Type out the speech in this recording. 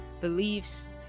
beliefs